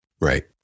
right